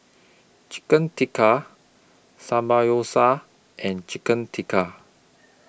Chicken Tikka and Chicken Tikka